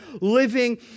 living